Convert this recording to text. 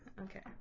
Okay